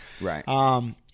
Right